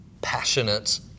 passionate